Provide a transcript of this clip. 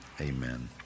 Amen